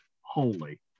holy